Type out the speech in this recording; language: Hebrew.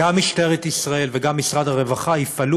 גם משטרת ישראל וגם משרד הרווחה יפעלו